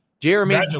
Jeremy